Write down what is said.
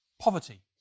poverty